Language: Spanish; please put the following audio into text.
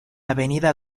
avenida